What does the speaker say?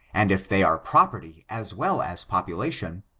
and if they are property as well as population,